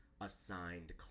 assigned